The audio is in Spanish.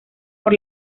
por